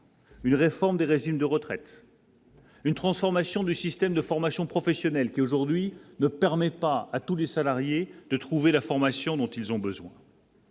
Une réforme des régimes de retraite. Une transformation du système de formation professionnelle, qui aujourd'hui ne permettent pas à tous les salariés de trouver la formation dont ils ont besoin.